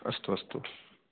अस्तु अस्तु